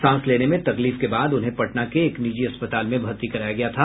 सांस लेने में तकलीफ के बाद उन्हें पटना के एक निजी अस्पताल में भर्ती कराया गया था